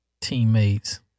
teammates